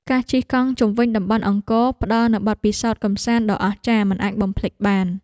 ការជិះកង់ជុំវិញតំបន់អង្គរ ផ្តល់នូវបទពិសោធន៍កម្សាន្តដ៏អស្ចារ្យមិនអាចបំភ្លេចបាន។